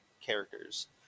Characters